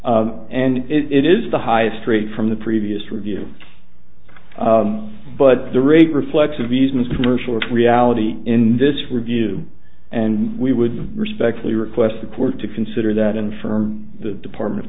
and it is the highest rate from the previous review but the rate reflexive easements commercial reality in this review and we would respectfully request the court to consider that in firm the department of